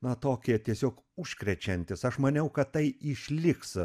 na tokie tiesiog užkrečiantys aš maniau kad tai išliks